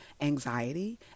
anxiety